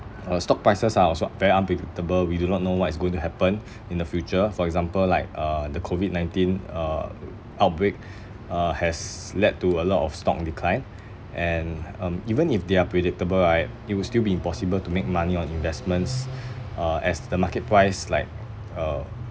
uh stock prices are also very unpredictable we do not know what is going to happen in the future for example like uh the COVID nineteen uh outbreak uh has led to a lot of stock decline and um even if they are predictable right it will still be impossible to make money on investments uh as the market price like uh